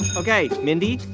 ok. mindy,